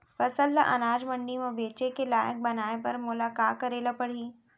फसल ल अनाज मंडी म बेचे के लायक बनाय बर मोला का करे ल परही?